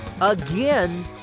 again